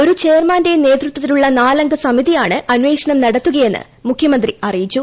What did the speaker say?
ഒരു ചെയർമാന്റെ നേതൃത്വത്തിലുള്ള നാലംഗ സമിതിയാണ് അന്വേഷണം നടത്തുകയെന്ന് മുഖ്യമന്ത്രി അറിയിച്ചു